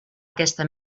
aquesta